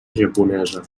japonesa